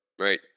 right